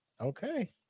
Okay